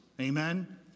Amen